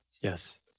Yes